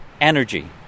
energy